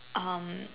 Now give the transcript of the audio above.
um